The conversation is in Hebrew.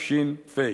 אל"ף, שי"ן, פ"א.